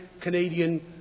Canadian